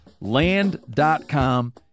Land.com